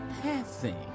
passing